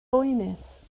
boenus